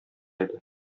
иде